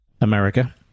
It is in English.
America